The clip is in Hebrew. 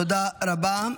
תודה רבה.